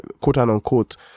quote-unquote